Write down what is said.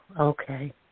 okay